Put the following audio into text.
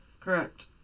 Correct